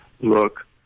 look